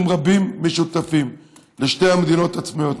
רבים משותפים לשתי המדיניות העצמאיות.